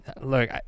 look